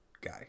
guy